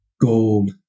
gold